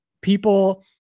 people